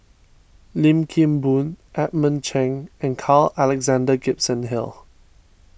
Lim Kim Boon Edmund Cheng and Carl Alexander Gibson Hill